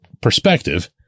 perspective